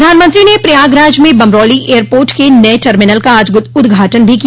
प्रधानमंत्री ने प्रयागराज में बमरौली एयरपोर्ट के नये टर्मिनल का आज उद्घाटन भी किया